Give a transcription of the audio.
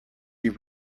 you